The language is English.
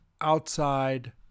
outside